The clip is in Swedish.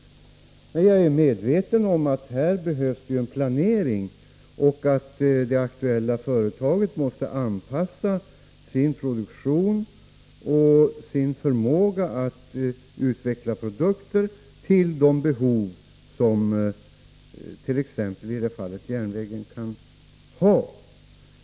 Men jag är medveten om att här behövs en planering och att det aktuella företaget måste anpassa sin produktion och sin förmåga att utveckla produkter till det behov som t.ex. i det här fallet järnvägen kan ha.